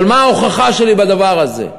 אבל מה ההוכחה שלי בדבר הזה?